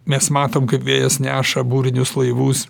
mes matom kaip vėjas neša būrinius laivus